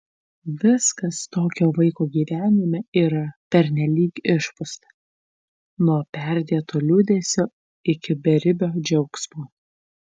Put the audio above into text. viskas tokio vaiko gyvenime yra pernelyg išpūsta nuo perdėto liūdesio iki beribio džiaugsmo